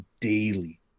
daily